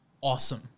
awesome